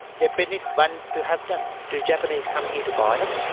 japanese want to have them. do japanese come here to buy them?